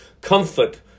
comfort